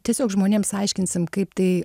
tiesiog žmonėms aiškinsim kaip tai